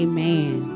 Amen